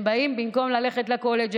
הם באים במקום ללכת לקולג',